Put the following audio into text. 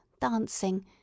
dancing